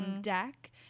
deck